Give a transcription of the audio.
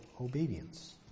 obedience